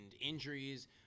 injuries